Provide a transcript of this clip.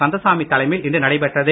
கந்தசாமி தலைமையில் இன்று நடைபெற்றது